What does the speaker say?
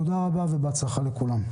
תודה רבה ובהצלחה לכולם.